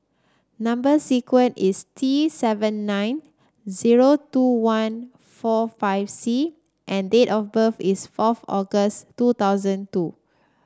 number sequence is T seven nine zero two one four five C and date of birth is fourth August two thousand two